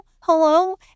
hello